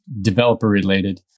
developer-related